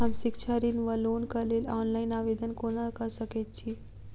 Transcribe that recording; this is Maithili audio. हम शिक्षा ऋण वा लोनक लेल ऑनलाइन आवेदन कोना कऽ सकैत छी?